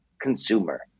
consumer